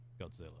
Godzilla